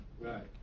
Right